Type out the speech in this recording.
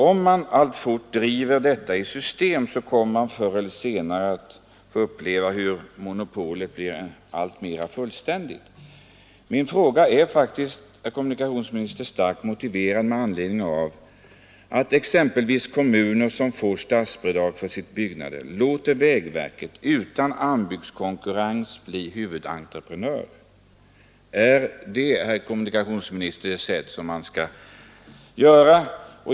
Om detta sätts i system får vi förr eller senare uppleva ett monopol. Min fråga är motiverad av att exempelvis kommuner som får statsbidrag till sitt byggande låter vägverket bli huvudentreprenör utan anbudskonkurrens. Skall det vara så, herr kommunikationsminister?